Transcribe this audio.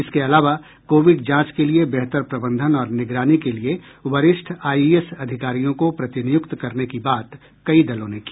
इसके अलावा कोविड जांच के लिए बेहतर प्रबंधन और निगरानी के लिए वरिष्ठ आईएएस अधिकारियों को प्रतिनियुक्त करने की बात कई दलों ने की